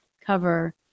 cover